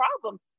problem